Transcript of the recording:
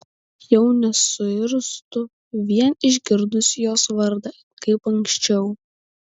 jau nesuirztu vien išgirdusi jos vardą kaip anksčiau